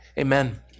Amen